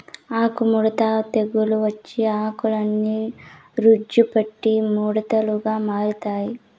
ఆకు ముడత తెగులు వచ్చి ఆకులన్ని బూజు పట్టి ముడతలుగా మారతాయి